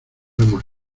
hemos